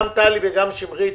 גם טלי וגם שמרית,